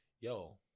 yo